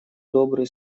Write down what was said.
добрые